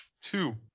Two